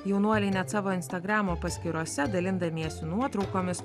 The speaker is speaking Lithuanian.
jaunuoliai net savo instagramo paskyrose dalindamiesi nuotraukomis